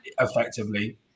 effectively